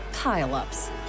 pile-ups